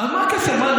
מה הקשר?